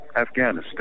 Afghanistan